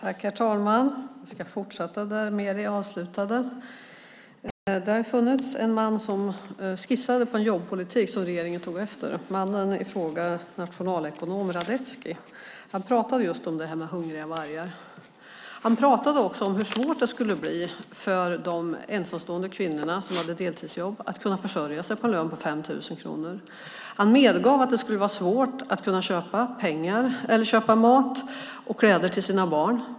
Herr talman! Jag ska fortsätta där Meeri avslutade. Det har ju funnits en man som skissade på en jobbpolitik som regeringen tog efter. Mannen i fråga, nationalekonomen Marian Radetzki, pratade just om detta med hungriga vargar. Han pratade också om hur svårt det skulle bli för ensamstående kvinnor med deltidsjobb att kunna försörja sig på en lön på 5 000 kronor. Han medgav att det skulle vara svårt att kunna köpa kläder och mat åt sina barn.